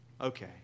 Okay